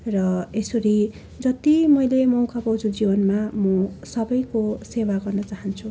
र यसरी जति मैले मौका पाउँछु जीवनमा म सबैको सेवा गर्न चाहन्छु